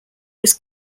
was